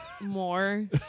more